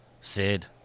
Sid